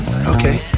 Okay